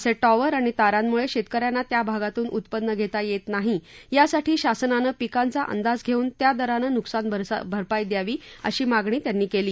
असे प्रिर आणि तारांमुळे शेतकऱ्यांना त्या भागातून उत्पन्न घेता येत नाही यासाठी शासनानं पिकांचा अंदाज घेऊन त्या दरानं नुकसान भरपाई द्यावी अशी मागणी त्यांनी केली